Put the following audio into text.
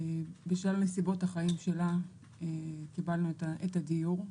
בשל נסיבות החיים שלה קיבלנו את הדיור,